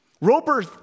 Roper